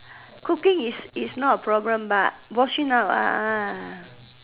cooking is is not a problem but washing up ah ah